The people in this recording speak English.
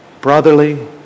brotherly